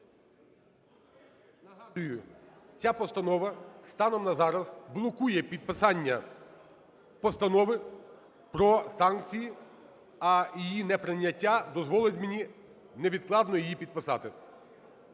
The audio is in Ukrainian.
Нагадую: ця постанова станом на зараз блокує підписання постанови про санкції, а її неприйняття дозволить мені невідкладно її підписати,